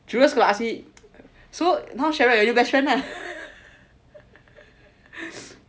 now she's gonna ask me so now cheryl and you best friend lah